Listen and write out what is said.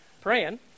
praying